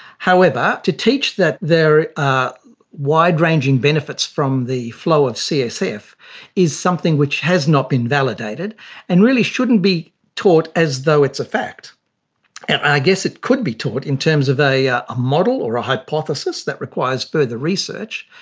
however, to teach that there are wide ranging benefits from the flow of csf is something which has not been validated and really shouldn't be taught as though it's a fact. and i guess it could be taught in terms of a ah a model or a hypothesis that requires but further research,